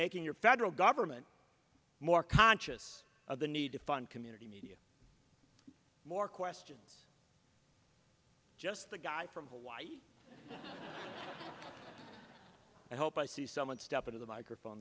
making your federal government more conscious of the need to fund community media more questions just the guy from hawaii i hope i see someone step into the microphone